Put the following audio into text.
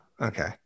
okay